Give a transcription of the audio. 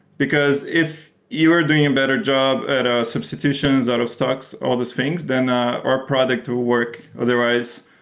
because if you are doing a better job at ah substitutions, out of stocks, all these things, then ah our product work otherwise.